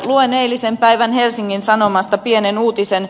luen eilisen päivän helsingin sanomista pienen uutisen